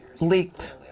leaked